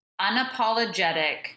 unapologetic